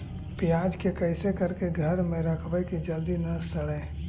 प्याज के कैसे करके घर में रखबै कि जल्दी न सड़ै?